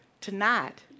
tonight